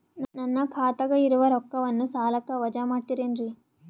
ನನ್ನ ಖಾತಗ ಇರುವ ರೊಕ್ಕವನ್ನು ಸಾಲಕ್ಕ ವಜಾ ಮಾಡ್ತಿರೆನ್ರಿ?